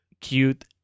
cute